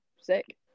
sick